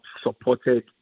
supported